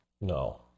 No